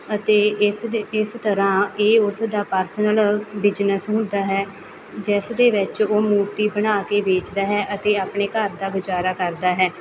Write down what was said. ਅਤੇ ਇਸ ਦੇ ਇਸ ਤਰ੍ਹਾਂ ਇਹ ਉਸਦਾ ਪਰਸਨਲ ਬਿਜਨਸ ਹੁੰਦਾ ਹੈ ਜਿਸ ਦੇ ਵਿੱਚ ਉਹ ਮੂਰਤੀ ਬਣਾ ਕੇ ਵੇਚਦਾ ਹੈ ਅਤੇ ਆਪਣੇ ਘਰ ਦਾ ਗੁਜ਼ਾਰਾ ਕਰਦਾ ਹੈ